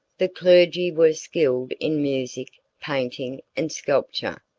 the clergy were skilled in music, painting, and sculpture,